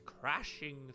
crashing